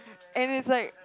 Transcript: and is like